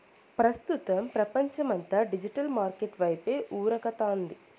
ప్రస్తుతం పపంచమంతా digital market వైపే ఉరకతాంది